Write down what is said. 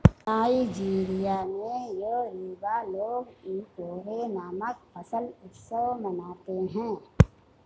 Nigeria में Yoruba लोग Ikore नामक फसल उत्सव मनाते हैं